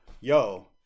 yo